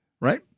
right